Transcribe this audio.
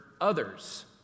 others